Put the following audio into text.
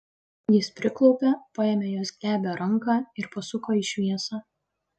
jis priklaupė paėmė jos glebią ranką ir pasuko į šviesą